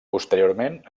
posteriorment